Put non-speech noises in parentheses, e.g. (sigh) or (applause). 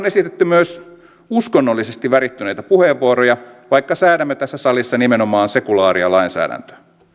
(unintelligible) esitetty myös uskonnollisesti värittyneitä puheenvuoroja vaikka säädämme tässä salissa nimenomaan sekulaaria lainsäädäntöä